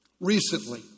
Recently